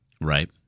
right